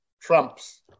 Trumps